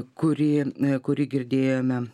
kurį kurį girdėjome